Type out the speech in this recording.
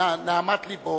מנהמת לבו,